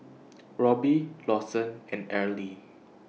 Robby Lawson and Arely